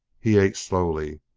he ate slowly,